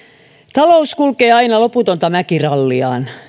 talous kulkee aina loputonta mäkiralliaan